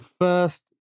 first